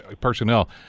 personnel